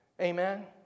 Amen